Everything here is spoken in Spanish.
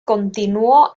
continuó